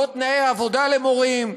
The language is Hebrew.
לא תנאי עבודה למורים,